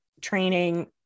training